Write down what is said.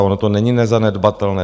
Ono to není nezanedbatelné.